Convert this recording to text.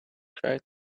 tried